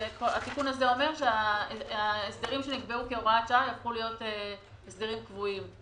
התיקון הזה אומר שההסדרים שנקבעו כהוראת שעה יהפכו להיות הסדרים קבועים.